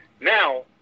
Now